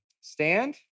stand